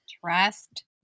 Trust